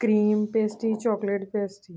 cream pastry chocolate pastry